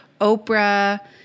Oprah